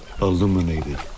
illuminated